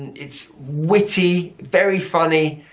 it's witty, very funny,